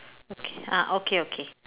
okay ah okay okay